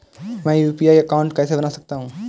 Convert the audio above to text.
मैं UPI account कैसे बना सकता हूं?